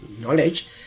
knowledge